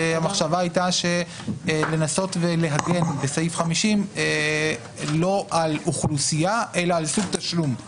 המחשבה הייתה לנסות להגן לא על אוכלוסייה אלא על סוג תשלום.